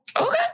Okay